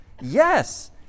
Yes